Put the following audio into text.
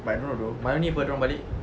but I don't know though malam ni [pe] dorang balik